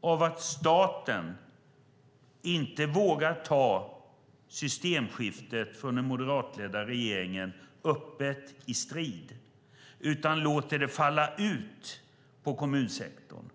av att staten inte vågar ta en öppen strid om systemskiftet från den moderatledda regeringen utan låter detta falla ut på kommunsektorn.